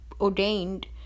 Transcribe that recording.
ordained